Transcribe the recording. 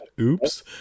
Oops